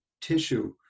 tissue